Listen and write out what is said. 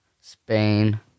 Spain